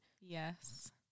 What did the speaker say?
Yes